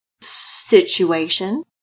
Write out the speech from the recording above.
situation